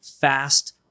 fast